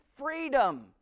Freedom